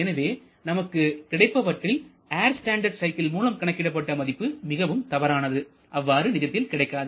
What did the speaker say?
எனவே நமக்கு கிடைப்பவற்றில் ஏர் ஸ்டாண்டட் சைக்கிள் மூலம் கணக்கிடப்பட்ட மதிப்பு மிகவும் தவறானதுஅவ்வாறு நிஜத்தில் கிடைக்காது